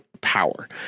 power